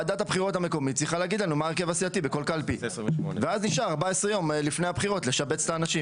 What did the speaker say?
ועדת הבחירות היא מורכבת מנציגי הסיעות ולכן זו שאלה של נציגי הסיעות